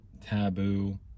taboo